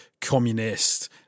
communist